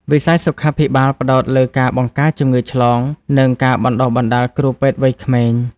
វិស័យសុខាភិបាលផ្តោតលើការបង្ការជំងឺឆ្លង និងការបណ្តុះបណ្តាលគ្រូពេទ្យវ័យក្មេង។